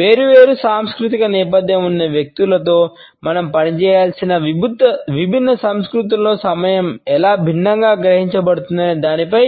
వేర్వేరు సాంస్కృతిక నేపథ్యం ఉన్న వ్యక్తులతో మనం పని చేయాల్సిన విభిన్న సంస్కృతులలో సమయం ఎలా భిన్నంగా గ్రహించబడుతుందనే దానిపై